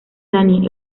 dani